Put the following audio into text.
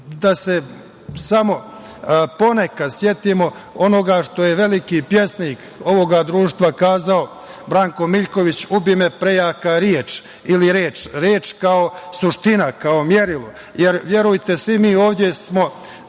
da se samo ponekad setimo onog što je veliki pesnik ovog društva rekao, Branko Miljković – ubi me prejaka reč. Reč kao suština, kao merilo, jer, verujte, svi mi ovde smo